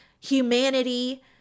humanity